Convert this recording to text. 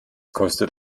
kostet